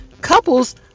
couples